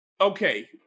okay